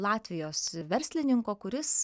latvijos verslininko kuris